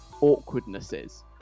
awkwardnesses